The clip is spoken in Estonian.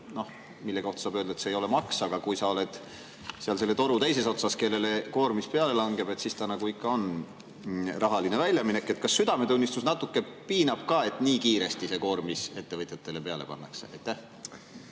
mille kohta saab öelda, et see ei ole maks, aga kui sa oled selle toru teises otsas ja sulle koormis peale langeb, siis see ikka nagu on rahaline väljaminek. Kas südametunnistus natuke piinab ka, et nii kiiresti see koormis ettevõtjatele peale pannakse?